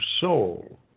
soul